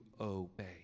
obey